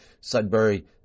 Sudbury